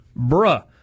Bruh